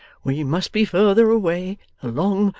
we must be further away a long,